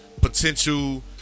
Potential